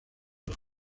los